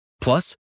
Plus